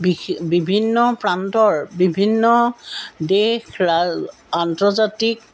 B বিভিন্ন প্ৰান্তৰ বিভিন্ন দেশ ৰা আন্তৰ্জাতিক